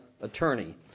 attorney